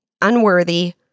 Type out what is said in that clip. unworthy